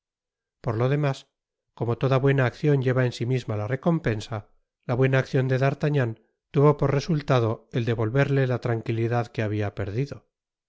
por lo demás como toda buena accion lleva en si misma la recompensa la buena accion de d'artagnan tuvo por resultado el devolverle la tranquilidad que habia perdido